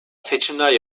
seçimler